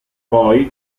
poi